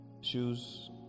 shoes